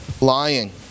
lying